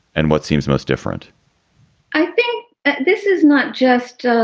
and what seems most different i think this is not just